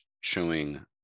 showing